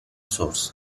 source